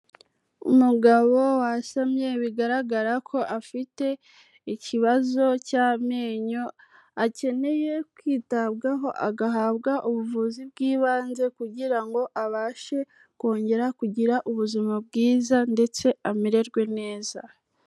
Umugabo wasamye bigaragara ko afite ikibazo cy'amenyo, akeneye kwitabwaho agahabwa ubuvuzi bw'ibanze, kugira ngo abashe kongera kugira ubuzima bwiza, ndetse amererwe neza.